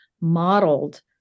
modeled